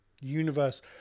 universe